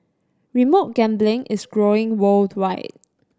remote gambling is growing worldwide